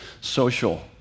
social